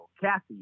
Kathy